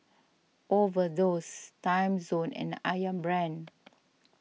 Overdose Timezone and Ayam Brand